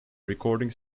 recording